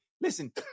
Listen